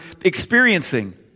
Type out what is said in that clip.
experiencing